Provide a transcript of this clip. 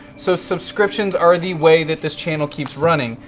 so subscriptions are the way that this channel keeps running.